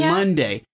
Monday